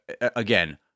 again